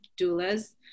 doulas